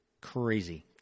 Crazy